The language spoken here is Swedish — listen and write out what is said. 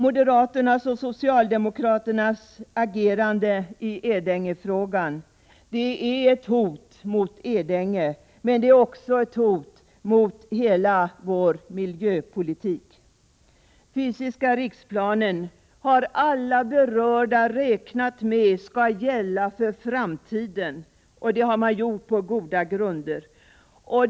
Moderaternas och socialdemokraternas agerande i Edängefrågan är ett hot mot Edänge, men det är också ett hot mot hela vår miljöpolitik. Alla berörda har räknat med att den fysiska riksplanen skall gälla för framtiden, och det har man gjort på goda grunder.